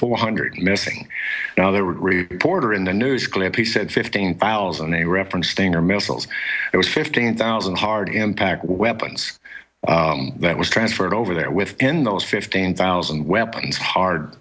four hundred missing now there were three quarter in the news clip he said fifteen thousand a reference thing or missiles it was fifteen thousand hard impact weapons that was transferred over there within those fifteen thousand weapons hard